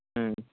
ᱦᱮᱸ